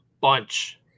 bunch